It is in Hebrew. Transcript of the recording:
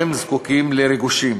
הם זקוקים לריגושים,